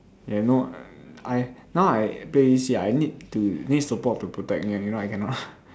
ya no I now I play A_D_C I need to need support to protect me ah if not I cannot